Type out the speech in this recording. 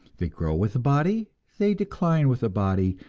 they grow with the body, they decline with the body,